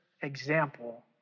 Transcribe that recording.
example